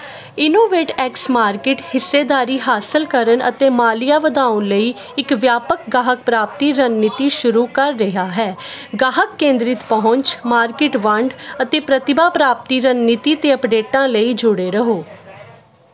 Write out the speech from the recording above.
InnovateX market ਹਿੱਸੇਦਾਰੀ ਹਾਸਲ ਕਰਨ ਅਤੇ ਮਾਲੀਆ ਵਧਾਉਣ ਲਈ ਇੱਕ ਵਿਆਪਕ ਗਾਹਕ ਪ੍ਰਾਪਤੀ ਰਣਨੀਤੀ ਸ਼ੁਰੂ ਕਰ ਰਿਹਾ ਹੈ ਗਾਹਕ ਕੇਂਦਰਿਤ ਪਹੁੰਚ ਮਾਰਕੀਟ ਵੰਡ ਅਤੇ ਪ੍ਰਤਿਭਾ ਪ੍ਰਾਪਤੀ ਰਣਨੀਤੀ ਅਤੇ ਅਪਡੇਟਾਂ ਲਈ ਜੁੜੇ ਰਹੋ